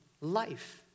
life